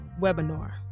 webinar